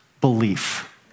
Belief